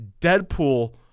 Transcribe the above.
deadpool